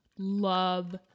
Love